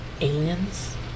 Aliens